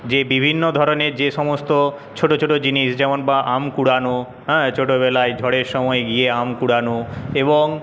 যে বিভিন্ন ধরনের যে সমস্ত ছোটো ছোটো জিনিস যেমন বা আম কুড়ানো হ্যাঁ ছোটোবেলায় ঝড়ের সময়ে গিয়ে আম কুড়ানো এবং